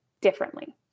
differently